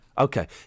Okay